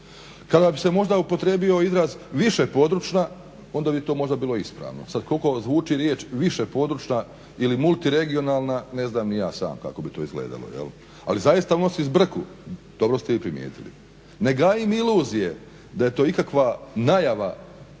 Kada bi se možda upotrijebio izraz višepodručna onda bi to možda bilo ispravno. Sad koliko zvuči riječ višepodručna ili multiregionalna ne znam ni ja sam kako bi to izgledalo. Ali zaista nosi zbrku, dobro ste vi primijetili. Ne gajim iluzije da je to ikakva najava,